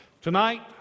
Tonight